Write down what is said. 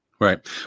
Right